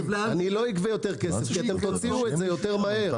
יותר כסף כי אתם תוציאו את זה יותר מהר.